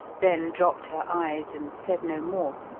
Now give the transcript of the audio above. then dropped her eyes and said no more,